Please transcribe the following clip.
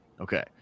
Okay